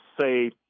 say